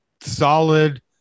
solid